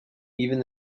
even